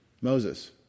Moses